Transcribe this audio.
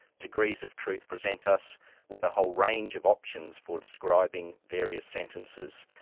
degrees of truth present us with a whole range of options for describing various sentences,